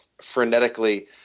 frenetically –